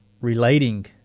relating